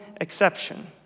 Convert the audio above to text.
exception